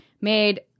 made